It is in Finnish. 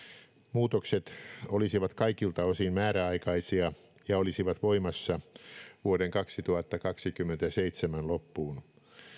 muutokset olisivat kaikilta osin määräaikaisia ja olisivat voimassa vuoden kaksituhattakaksikymmentäseitsemän loppuun